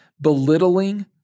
belittling